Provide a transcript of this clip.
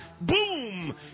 Boom